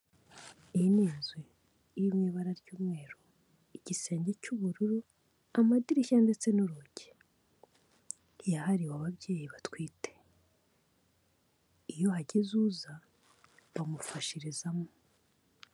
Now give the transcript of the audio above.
Iyi ni inzu iri mu ibara ry'umweru, igisenge cy'ubururu amadirishya, ndetse n'urugi, yahariwe ababyeyi batwite, iyo hagize uza bamufashirizamo.